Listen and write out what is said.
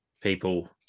people